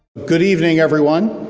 good evening everyone.